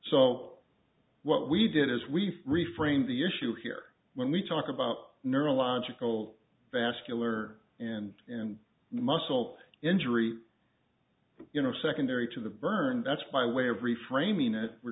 so what we did is we reframe the issue here when we talk about neurological vascular and and muscle injury you know secondary to the burn that's by way of